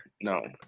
no